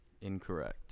Incorrect